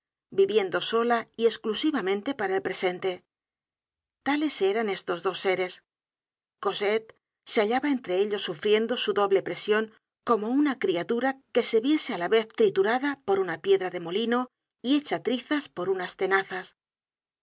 viviendo sola y esclusivamente para el presente tales eran estos dos séres cosette se hallaba entre ellos sufriendo su doble presion como una criatura que se viese á la vez triturada por una piedra de molino y hecha trizas por unas tenazas